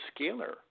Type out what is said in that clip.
Scalar